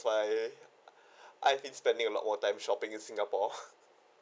I I've spending a lot more time shopping in singapore